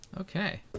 okay